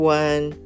one